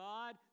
God